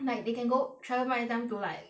like they can go travel back in time to like